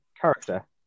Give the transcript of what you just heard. character